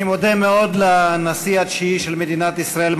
אני מודה מאוד לנשיא התשיעי של מדינת ישראל,